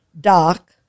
doc